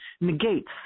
negates